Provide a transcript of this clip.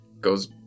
goes